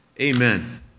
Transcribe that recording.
amen